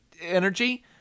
energy